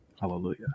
Hallelujah